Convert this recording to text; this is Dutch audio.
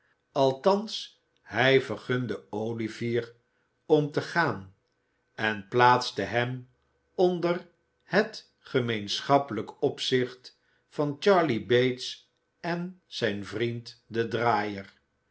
althans hij vergunde olivier om te gaan en plaatste hem onder het gemeenschappelijk opzicht van charley bates en zijn vriend de draaier